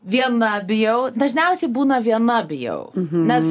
viena bijau dažniausiai būna viena bijau nes